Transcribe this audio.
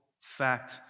fact